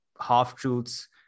half-truths